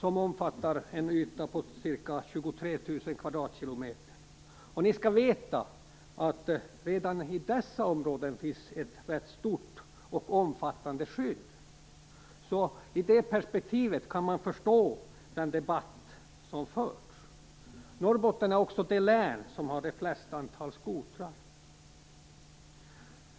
De omfattar en yta på ca 23 000 kvadratkilometer, och ni skall veta att redan i dessa områden finns ett rätt stort och omfattande skydd. I det perspektivet kan man förstå den debatt som förts. Norrbotten är också det län som har flest antal skotrar.